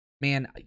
Man